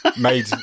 made